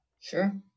Sure